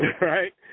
right